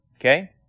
okay